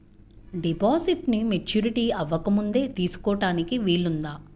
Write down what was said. డిపాజిట్ను మెచ్యూరిటీ అవ్వకముందే తీసుకోటానికి వీలుందా?